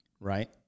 Right